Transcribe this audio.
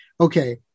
okay